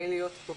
מלהיות כאן".